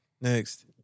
Next